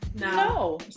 No